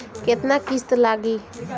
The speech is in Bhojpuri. केतना किस्त लागी?